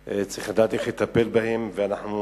שצריך לדעת איך לטפל בהם מבחינה ביטחונית.